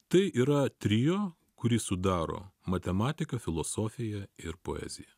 tai yra trio kurį sudaro matematika filosofija ir poezija